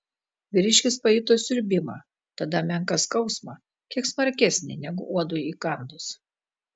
vyriškis pajuto siurbimą tada menką skausmą kiek smarkesnį negu uodui įkandus